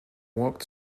walked